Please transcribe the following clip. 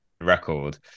record